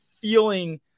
feeling